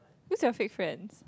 who's your fake friends